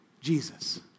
Jesus